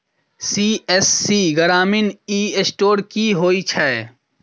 CSC ग्रामीण e store की होइ छै?